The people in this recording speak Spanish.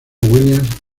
williams